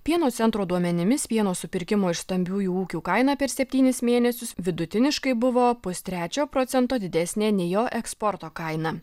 pieno centro duomenimis pieno supirkimo iš stambiųjų ūkių kaina per septynis mėnesius vidutiniškai buvo pustrečio procento didesnė nei jo eksporto kaina